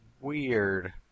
weird